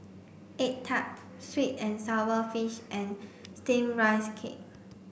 egg tart sweet and sour fish and steamed rice cake